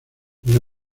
una